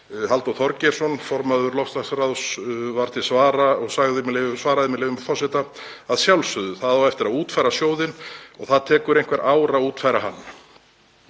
Halldór Þorgeirsson, formaður loftslagsráðs, var til svara og svaraði, með leyfi forseta: „Að sjálfsögðu. Það á eftir að útfæra sjóðinn og það tekur einhver ár að útfæra hann.“